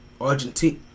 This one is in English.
Argentina